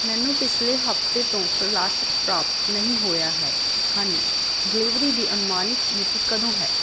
ਮੈਨੂੰ ਪਿਛਲੇ ਹਫ਼ਤੇ ਤੋਂ ਫਲਾਸਕ ਪ੍ਰਾਪਤ ਨਹੀਂ ਹੋਇਆ ਹੈ ਹਨ ਡਿਲੀਵਰੀ ਦੀ ਅਨੁਮਾਨਿਤ ਮਿਤੀ ਕਦੋਂ ਹੈ